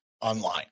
online